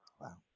Wow